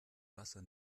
wasser